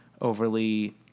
overly